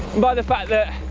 by the fact that,